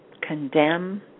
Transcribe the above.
condemn